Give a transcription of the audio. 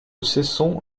cessons